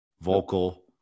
vocal